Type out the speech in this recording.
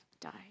died